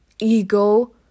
ego